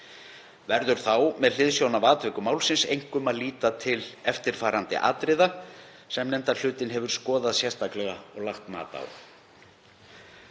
Verður þá með hliðsjón af atvikum málsins einkum að líta til eftirfarandi atriða sem þessi hluti nefndarinnar hefur skoðað sérstaklega og lagt mat á.